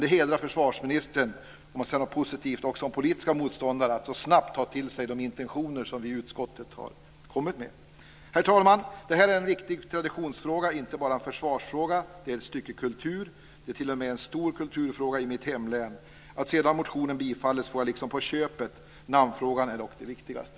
Det hedrar försvarsministern att han så snabbt tagit till sig de intentioner som vi i utskottet har haft. Herr talman! Det här är en viktig traditionsfråga och inte bara en försvarsfråga. Det är ett stycke kultur. Det är t.o.m. en stor kulturfråga i mitt hemlän. Att sedan motionen tillstyrkts får jag liksom på köpet. Namnfrågan är dock det viktigaste.